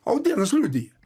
audėnas liudija